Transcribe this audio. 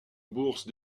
bourse